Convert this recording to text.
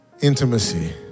intimacy